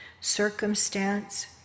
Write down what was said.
circumstance